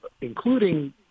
including